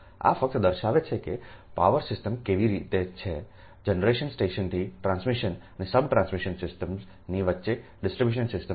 આ ફક્ત દર્શાવે છે કે પાવર સિસ્ટમ કેવી રીતે છે જનરેશન સ્ટેશનથી ટ્રાન્સમિશન અને સબ ટ્રાન્સમિશન સિસ્ટમ્સ ની વચ્ચે ડિસ્ટ્રિબ્યુશન સિસ્ટમ સુધી